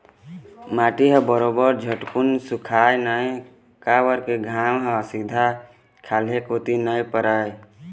माटी ह बरोबर झटकुन सुखावय नइ काबर के घाम ह सीधा खाल्हे कोती नइ परय